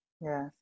yes